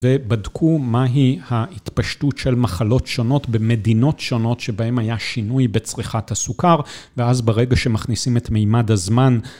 ובדקו מהי ההתפשטות של מחלות שונות במדינות שונות שבהן היה שינוי בצריכת הסוכר, ואז ברגע שמכניסים את מימד הזמן...